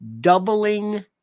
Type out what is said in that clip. doubling